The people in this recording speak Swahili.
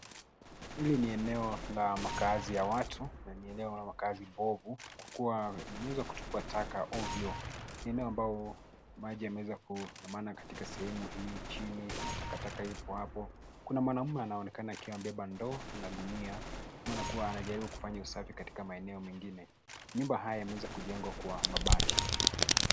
Hili ni eneo ya makazi ya watu, na ni eneo la makazi bofu kwa kuwa imeqeza kutupwa taka ovyo. Ni eneo amabao maji yameweza kundamana katika sehemu hii chini, kuna takataka ipo hapo. kuna mwanaume anaonekana akiwa amebeba ndoo na gunia maana kuwa anajaribu kufanya usafikatika maeneo mengine. Nyumba haya yameweza kujengwa kwa mabati.